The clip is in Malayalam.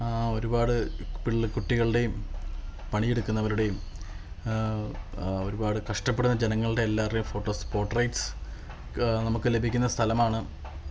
ഒരുപാട് പിള്ളേ കുട്ടികളുടെയും പണിയെടുക്കുന്നവരുടെയും ഒരുപാട് കഷ്ടപ്പെടുന്ന ജനങ്ങളുടെ എല്ലാവരുടേയും ഫോട്ടോസ് പോർട്രെയ്റ്റ്സ് നമുക്ക് ലഭിക്കുന്ന സ്ഥലമാണ്